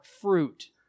fruit